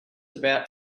about